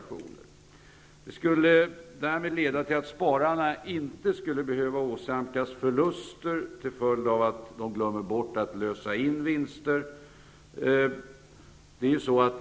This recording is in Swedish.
Det skulle därmed leda till att spararna inte behöver åsamkas förluster till följd av att de glömmer bort att lösa in vinster.